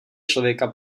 člověka